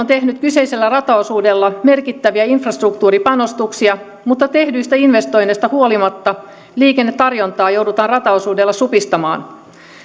tehnyt kyseisellä rataosuudella merkittäviä infrastruktuuripanostuksia mutta tehdyistä investoinneista huolimatta liikennetarjontaa joudutaan rataosuudella supistamaan